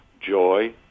joy